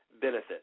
benefit